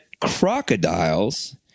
crocodiles